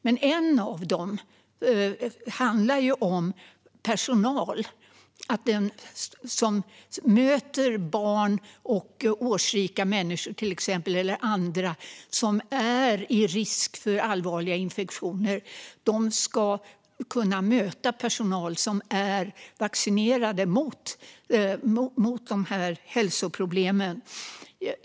Men en av dessa handlar om att barn, årsrika människor eller andra som är i risk för allvarliga infektioner ska kunna möta personal som är vaccinerade mot olika hälsoproblem.